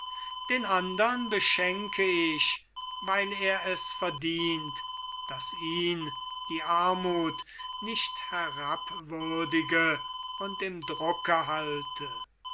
den andern beschenke ich weil er es verdient daß ihn die armuth nicht herabwürdige und im drucke halte